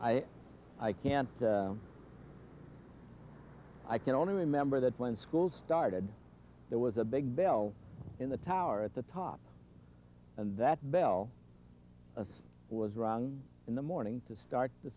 i i can't i can only remember that when school started there was a big bell in the tower at the top and that bell was rung in the morning to start the